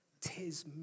Tis